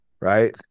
right